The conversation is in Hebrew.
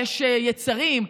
יש יצרים,